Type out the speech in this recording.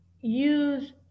use